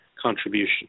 contribution